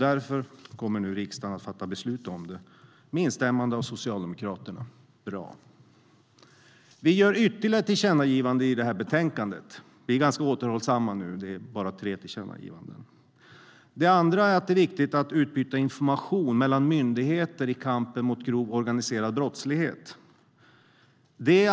Därför kommer nu riksdagen att fatta beslut om det med instämmande av Socialdemokraterna. Bra! Vi gör ytterligare ett tillkännagivande i det här betänkandet. Vi är ganska återhållsamma nu - det är bara tre tillkännagivanden. Det andra är att det är viktigt att utbyta information mellan myndigheter i kampen mot grov organiserad brottslighet.